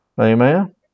Amen